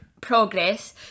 progress